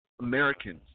Americans